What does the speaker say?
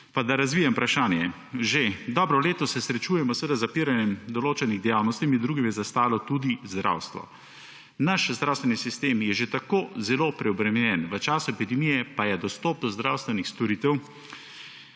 Naj razvijem vprašanje. Že dobro leto se srečujemo z zapiranjem določenih dejavnosti, med drugim je zastalo tudi zdravstvo. Naš zdravstveni sistem je že tako zelo preobremenjen, v času epidemije pa se je dostop do zdravstvenih storitev